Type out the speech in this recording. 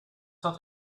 dat